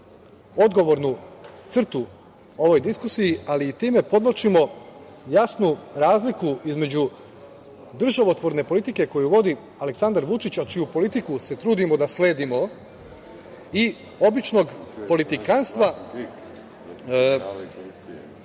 odgovornu crtu ovoj diskusiji, ali time i podvlačimo jasnu razliku između državotvorne politike koju vodi Aleksandar Vučić, a čiju politiku se trudimo da sledimo i običnog politikanstva